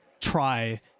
try